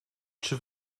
czy